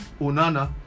Onana